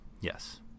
yes